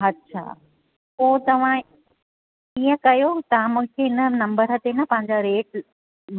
अच्छा पोइ तव्हां इअं कयो तव्हां मुंहिंजे हिन नंबर ते न पंहिंजा रेट